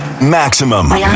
Maximum